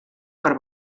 per